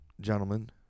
gentlemen